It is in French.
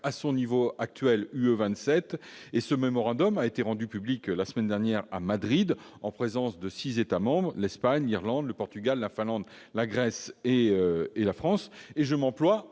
à son niveau actuel. Il a été rendu public la semaine dernière à Madrid, en présence de six États : l'Espagne, l'Irlande, le Portugal, la Finlande, la Grèce et la France. Je m'emploie,